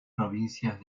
provincias